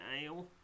Ale